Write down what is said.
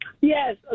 Yes